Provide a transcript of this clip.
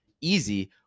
easy